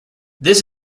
this